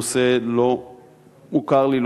הנושא לא מוכר לי,